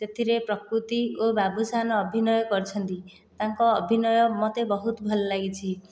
ସେଥିରେ ପ୍ରକୃତି ଓ ବାବୁସାନ୍ ଅଭିନୟ କରିଛନ୍ତି ତାଙ୍କ ଅଭିନୟ ମୋତେ ବହୁତ ଭଲ ଲାଗିଛି